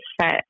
set